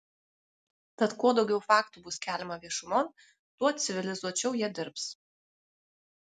tad kuo daugiau faktų bus keliama viešumon tuo civilizuočiau jie dirbs